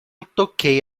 toquei